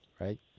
right